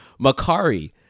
Makari